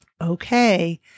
Okay